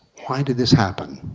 why did this happen?